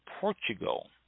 Portugal